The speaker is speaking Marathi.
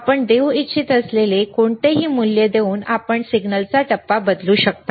आपण देऊ इच्छित असलेले कोणतेही मूल्य देऊन आपण सिग्नलचा टप्पा बदलू शकता